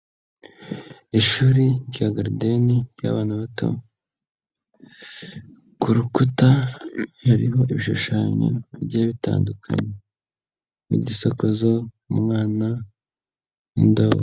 Ishuri rya gardeni rya'bana bato, ku rukuta hariho ibishushanyo byigiye bitandukanye, n'igisokozo, umwana, indabo.